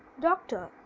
Doctor